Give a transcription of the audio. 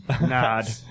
Nod